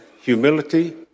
humility